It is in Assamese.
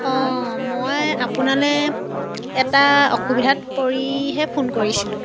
অঁ মই আপোনালে এটা অসুবিধাত পৰিহে ফোন কৰিছিলোঁ